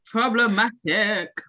Problematic